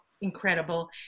incredible